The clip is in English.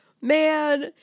man